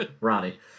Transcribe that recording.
Ronnie